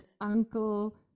uncle